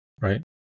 right